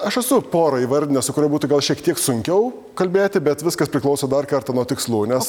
aš esu porą įvardinęs su kuriuo būtų gal šiek tiek sunkiau kalbėti bet viskas priklauso dar kartą nuo tikslų nes